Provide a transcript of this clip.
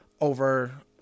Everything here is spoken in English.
over